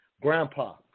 grandpa